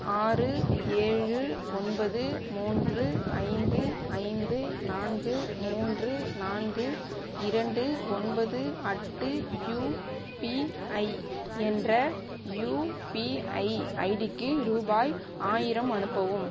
ஆறு ஏழு ஒன்பது மூன்று ஐந்து ஐந்து நான்கு மூன்று நான்கு இரண்டு ஒன்பது அட்டு யூபிஐ என்ற யூபிஐ ஐடிக்கு ரூபாய் ஆயிரம் அனுப்பவும்